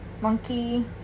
Monkey